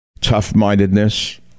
Tough-mindedness